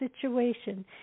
situation